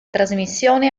trasmissione